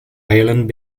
ireland